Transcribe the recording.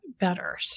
better